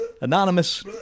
Anonymous